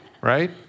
Right